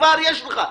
כבר יש לך.